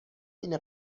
اینه